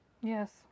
Yes